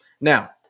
Now